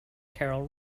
carol